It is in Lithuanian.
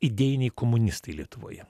idėjiniai komunistai lietuvoje